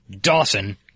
Dawson